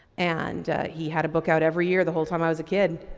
and he had a book out every year the whole time i was a kid.